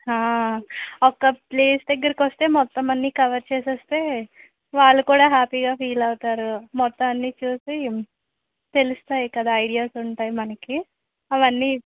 ఒక ప్లేస్ దగ్గరకి వస్తే మొత్తం అన్ని కవర్ చేసేస్తే వాళ్ళు కూడా హ్యాపీగా ఫీల్ అవుతారు మొత్తం అన్ని చూసి తెలుస్తాయి కదా ఐడియాస్ ఉంటాయి మనకి అవన్నీ